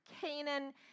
Canaan